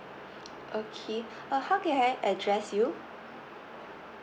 okay uh how can I address you